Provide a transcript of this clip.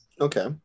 Okay